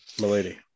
Milady